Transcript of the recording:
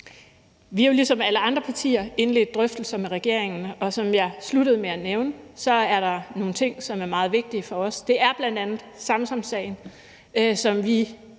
Vi har jo ligesom alle andre partier indledt drøftelser med regeringen, og som jeg sluttede med at nævne, er der nogle ting, som er meget vigtige for os. Det er bl.a. Samsamsagen, som vi